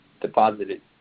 deposited